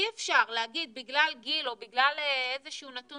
אי אפשר להגיד בגלל גיל או בגלל איזה שהוא נתון